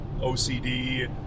OCD